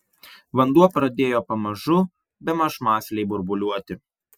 vanduo pradėjo pamažu bemaž mąsliai burbuliuoti